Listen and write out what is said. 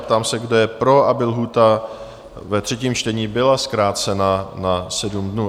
Ptám se, kdo je pro, aby lhůta ve třetím čtení byla zkrácena na 7 dnů?